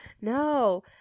no